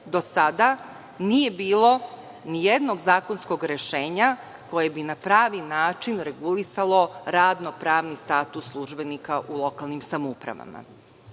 Do sada nije bilo ni jednog zakonskog rešenja koje bi na pravi način regulisalo radno-pravni status službenika u lokalnim samoupravama. Vaše